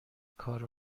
کار